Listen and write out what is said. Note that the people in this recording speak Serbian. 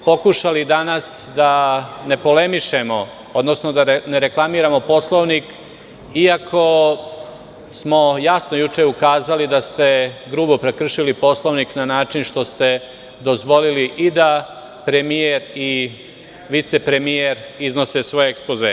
Pokušali smo danas da ne reklamiramo poslovnik, iako smo juče jasno ukazali da ste grubo prekršili Poslovnik tako što ste dozvolili da i premijer i vicepremijer iznose svoje ekspozee.